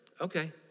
okay